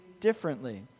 differently